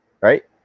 Right